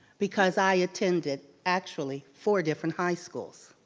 because i attended, actually, four different high schools